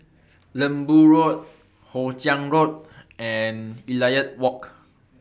Lembu Road Hoe Chiang Road and Elliot Walk